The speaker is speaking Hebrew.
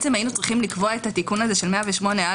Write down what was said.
היינו צריכים לקבוע את התיקון הזה של 108א